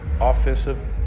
Offensive